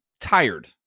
tired